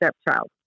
stepchild